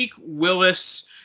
Willis